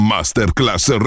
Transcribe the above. Masterclass